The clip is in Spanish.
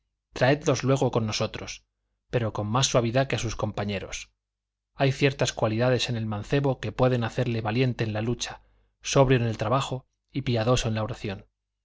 traedlos luego con nosotros pero con más suavidad que a sus compañeros hay ciertas cualidades en el mancebo que pueden hacerle valiente en la lucha sobrio en el trabajo y piadoso en la oración